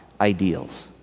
ideals